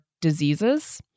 diseases